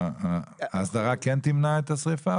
האסדרה כן תמנע את השריפה,